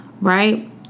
right